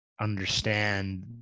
understand